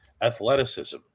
athleticism